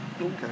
Okay